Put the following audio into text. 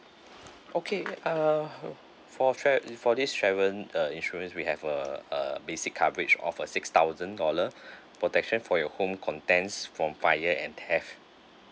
okay uh for tra~ for this travel uh insurance we have uh a basic coverage of a six thousand dollar protection for your home contents from fire and theft